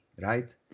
right